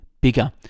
bigger